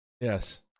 Yes